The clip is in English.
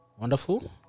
Wonderful